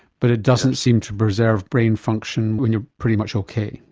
but it doesn't seem to preserve brain function when you are pretty much okay.